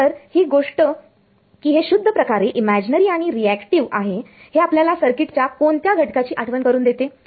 तर ही गोष्ट की हे शुद्ध प्रकारे इमेजिनरी आणि रिऍक्टिव्ह आहे हे आपल्याला सर्किट च्या कोणत्या या घटकाची आठवण करून देते